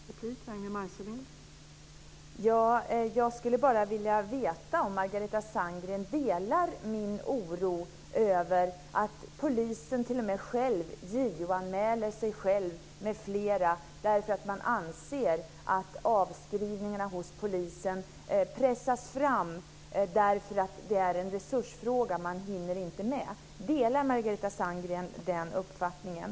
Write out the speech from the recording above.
Fru talman! Jag skulle bara vilja veta om Margareta Sandgren delar min oro över att polisen t.o.m. JO-anmäler sig själv m.fl. därför att man anser att avskrivningarna hos polisen pressas fram därför att det är en resursfråga - man hinner inte med. Delar Margareta Sandgren den uppfattningen?